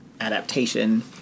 adaptation